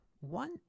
One